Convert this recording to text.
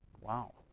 Wow